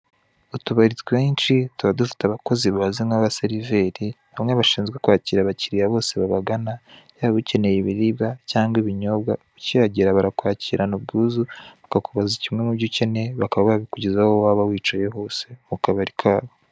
Utubari twinshi tuba dufite abakozi bazwi nk'abaseriveri bamwe bashinzwe kwakira abakirya bose babagana, yaba ukeneye ibiribwa cyangwa ibinyobwa ukihagera barakwakirana ubwuzu bakakubaza kimwe mu byo ukeneye, bakaba babikugezaho aho waba wicaye hose mu kabari kabo.